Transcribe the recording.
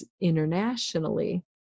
internationally